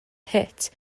hit